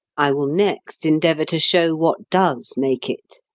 i will next endeavour to show what does make it.